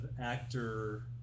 actor